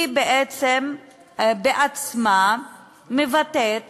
היא בעצם בעצמה מבטאת